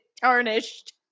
tarnished